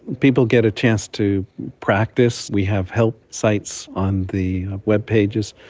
people get a chance to practice. we have help sites on the webpages,